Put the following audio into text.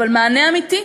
אבל מענה אמיתי,